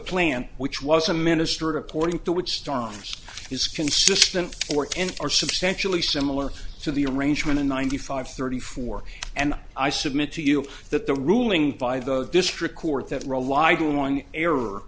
plan which was a minister according to which stars is consistent or are substantially similar to the arrangement in ninety five thirty four and i submit to you that the ruling by the district court that relied on one error